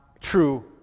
true